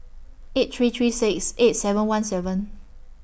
eight three three six eight seven one seven